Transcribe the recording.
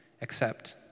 accept